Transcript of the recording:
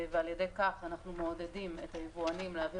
ועל ידי כך אנחנו מעודדים את היבואנים להביא